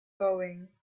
going